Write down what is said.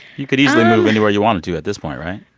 you could easily move anywhere you wanted to at this point, right?